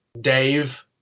Dave